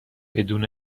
بدون